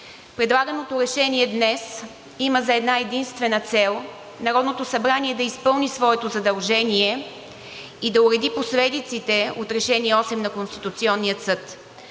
Предлаганото решение днес има за една-единствена цел Народното събрание да изпълни своето задължение и да уреди последиците от Решение № 8 на Конституционния съд.